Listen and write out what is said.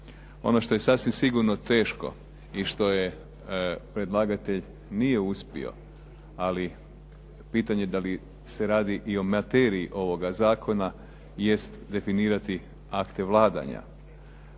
Ono što je sasvim sigurno teško i što je predlagatelj nije uspio ali pitanje je da li se radi o materiji ovoga zakona jest definirati akte vladanja.